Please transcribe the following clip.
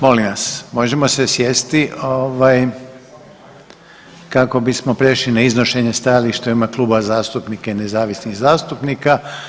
Molim vas, možemo se sjesti, ovaj, kako bismo prešli na iznošenje stajališta u ime kluba zastupnika i nezavisnih zastupnika.